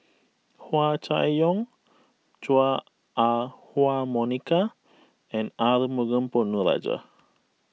Hua Chai Yong Chua Ah Huwa Monica and Arumugam Ponnu Rajah